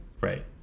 right